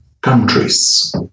countries